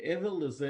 מעבר לזה,